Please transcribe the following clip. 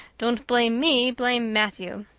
don't blame me, blame matthew.